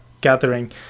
gathering